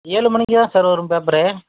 ஏழு மணிக்கு தான் சார் வரும் பேப்பரு